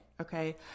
okay